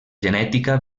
genètica